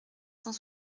cent